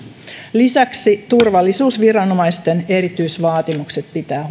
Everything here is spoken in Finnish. lisäksi turvallisuusviranomaisten erityisvaatimukset pitää